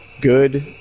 good